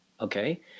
okay